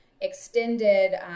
extended